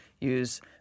use